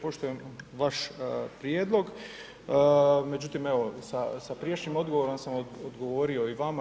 Poštujem vaš prijedlog, međutim evo sa prijašnjim odgovorom sam odgovorio i vama.